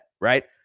right